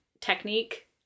technique